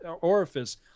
orifice